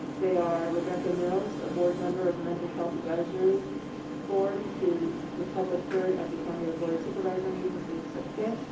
they are rebecca mills, a board member of the mental health advisory board, who the public heard at the county board of supervisor meeting, june second.